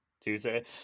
tuesday